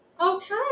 Okay